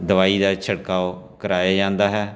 ਦਵਾਈ ਦਾ ਛਿੜਕਾਓ ਕਰਾਇਆ ਜਾਂਦਾ ਹੈ